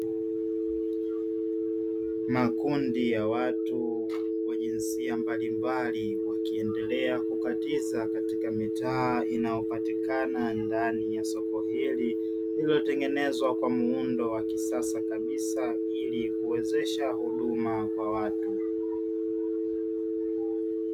Makundi ya watu wa jinsia mbalimbali wakiendelea kukatiza katika mitaa inayopatikana ndani ya soko hili, lililotengenezwa kwa muundo wa kisasa kabisa ili kuwezesha huduma kwa watu.